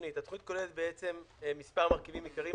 התוכנית - התוכנית כוללת מספר מרכיבים עיקריים,